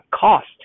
cost